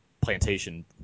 plantation